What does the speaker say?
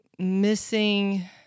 Missing